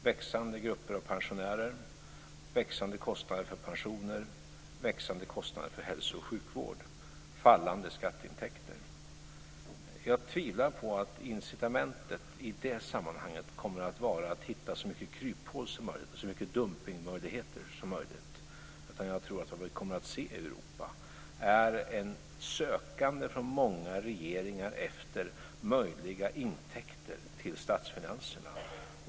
Växande grupper av pensionärer, växande kostnader för pensioner, växande kostnader för hälso och sjukvården, fallande skatteintäkter. Jag tvivlar på att incitamentet i det sammanhanget kommer att vara att hitta så många kryphål som möjligt och så många dumpningsmöjligheter som möjligt. Jag tror att det vi kommer att se i Europa är ett sökande av många regeringar efter möjliga intäkter till statsfinanserna.